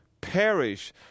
perish